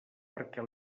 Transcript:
perquè